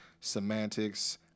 Semantics